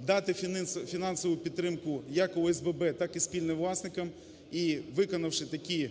дати фінансову підтримку як ОСББ, так і спільним власникам і, виконавши такі,